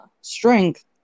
strength